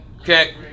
Okay